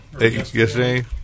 Yesterday